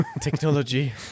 Technology